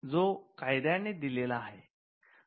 जो कायद्याने दिलेला आहे